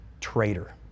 traitor